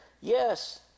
Yes